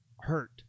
hurt